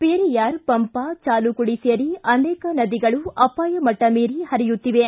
ಪೆರಿಯಾರ್ ಪಂಪಾ ಚಾಲುಕುಡಿ ಸೇರಿ ಅನೇಕ ನದಿಗಳು ಅಪಾಯ ಮಟ್ಟ ಮೀರಿ ಹರಿಯುತ್ತಿವೆ